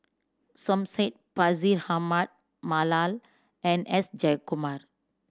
Som Said Bashir Ahmad Mallal and S Jayakumar